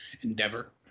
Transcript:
endeavor